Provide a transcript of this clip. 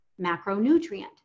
macronutrient